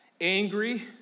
angry